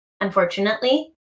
Unfortunately